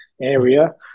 area